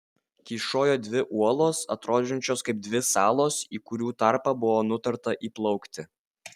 kyšojo dvi uolos atrodančios kaip dvi salos į kurių tarpą buvo nutarta įplaukti